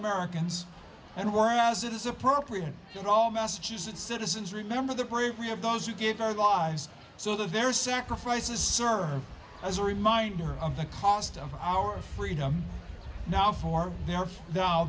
americans and whereas it is appropriate you know massachusetts citizens remember the bravery of those who gave our lives so their sacrifices serve as a reminder of the cost of our freedom now for they are now